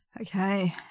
Okay